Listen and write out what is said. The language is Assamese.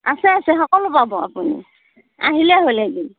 আছে আছে সকলো পাব আপুনি আহিলেই হ'ল এদিন